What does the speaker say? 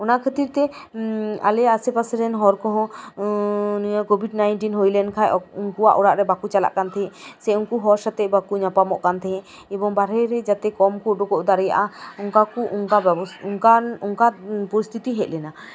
ᱚᱱᱟ ᱠᱷᱟᱹᱛᱤᱨ ᱛᱮ ᱟᱞᱮ ᱟᱥᱮ ᱯᱟᱥᱮ ᱨᱮᱱ ᱦᱚᱲ ᱠᱚᱦᱚᱸ ᱱᱤᱭᱟᱹ ᱠᱳᱵᱷᱤᱰ ᱱᱟᱭᱤᱱᱴᱤᱱ ᱦᱩᱭ ᱞᱮᱱᱠᱷᱟᱱ ᱩᱱᱠᱩᱣᱟᱜ ᱚᱲᱟᱜ ᱨᱮ ᱵᱟᱠᱚ ᱪᱟᱞᱟᱜ ᱠᱟᱱ ᱛᱟᱦᱮᱸᱫ ᱥᱮ ᱩᱱᱠᱩ ᱦᱚᱲ ᱥᱚᱛᱮᱜ ᱵᱟᱠᱚ ᱧᱟᱯᱟᱢᱚᱜ ᱠᱟᱱ ᱛᱟᱦᱮᱸᱫ ᱮᱵᱚᱝ ᱵᱟᱦᱨᱮ ᱨᱮ ᱡᱟᱛᱮ ᱠᱚᱢ ᱠᱚ ᱩᱰᱩᱠ ᱫᱟᱲᱮᱭᱟᱜᱼᱟ ᱚᱱᱠᱟ ᱚᱱᱠᱟᱠᱚ ᱵᱮᱵᱚᱥᱛᱷᱟ ᱚᱱᱠᱟᱱ ᱚᱱᱠᱟᱱ ᱯᱚᱨᱤᱥᱛᱷᱤᱛᱤ ᱦᱱᱮᱡ ᱞᱮᱱᱟ